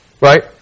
Right